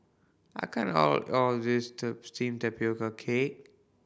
I can't all of this steam cake